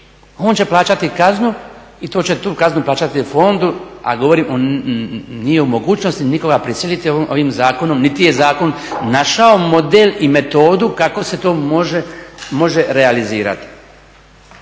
on će plaćati kaznu i tu će kaznu plaćati fondu a govorim nije u mogućnosti nikoga prisiliti ovim zakonom niti je zakon našao model i metodu kako se to može realizirati.